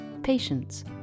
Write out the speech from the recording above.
patience